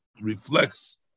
reflects